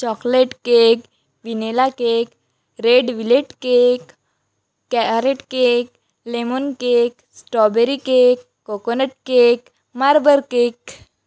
chocolate cake vanilla cake red velvet cake carrot cake lemon cake strawberry cake coconut cake marble cake